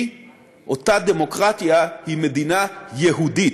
אותה דמוקרטיה היא מדינה יהודית.